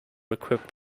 equipped